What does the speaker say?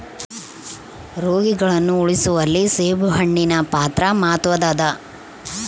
ರೋಗಿಗಳನ್ನು ಉಳಿಸುವಲ್ಲಿ ಸೇಬುಹಣ್ಣಿನ ಪಾತ್ರ ಮಾತ್ವದ್ದಾದ